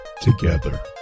together